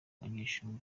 banyeshuri